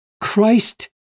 Christ